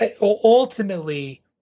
ultimately